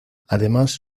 además